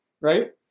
right